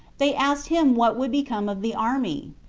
they asked him what would become of the army?